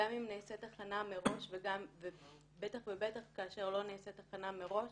גם אם נעשית הכנה מראש ובטח ובטח כאשר לא נעשית הכנה מראש,